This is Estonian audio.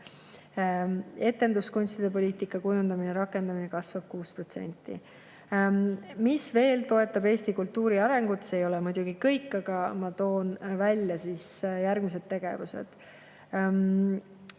Etenduskunstide poliitika kujundamine ja rakendamine kasvab 6%. Mis veel toetab eesti kultuuri arengut? See ei ole muidugi kõik, aga ma toon välja järgmised tegevused.